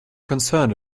concerned